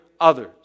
others